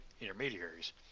intermediaries